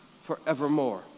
forevermore